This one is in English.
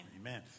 Amen